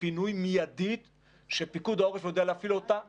פינוי מיידית שפיקוד העורף יודע להפעיל אותה ככה.